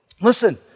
Listen